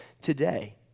today